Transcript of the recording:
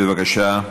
התשע"ח 2018. בבקשה.